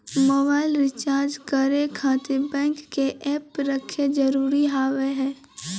Mobile recharge करे खातिर bank के ऐप रखे जरूरी हाव है?